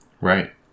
Right